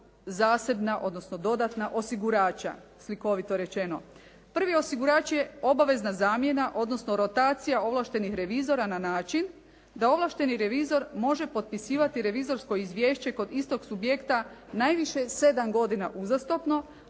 zasebna, odnosno dodatna osigurača slikovito rečeno. Prvi osigurač je obavezna zamjena, odnosno rotacija ovlaštenih revizora na način da ovlašteni revizor može potpisivati revizorsko izvješće kod istog subjekta najviše 7 godina uzastopno,